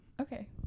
Okay